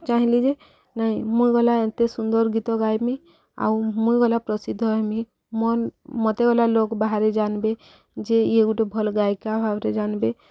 ଚାହିଁଲି ଯେ ନାଇଁ ମୁଇଁ ଗଲା ଏତେ ସୁନ୍ଦର ଗୀତ ଗାଇମି ଆଉ ମୁଇଁ ଗଲା ପ୍ରସିଦ୍ଧ ହେମି ମୋ ମତେ ଗଲା ଲୋକ ବାହାରେ ଜାନବେ ଯେ ଇଏ ଗୋଟେ ଭଲ ଗାୟିକା ଭାବରେ ଜାନବେ